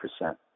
percent